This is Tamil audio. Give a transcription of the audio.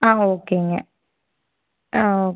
ஆ ஓகேங்க ஆ ஓ